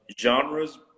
Genres